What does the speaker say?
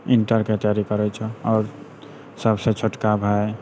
इण्टरके तैयारी करै छौ आओर सबसँ छोटका भाई